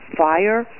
fire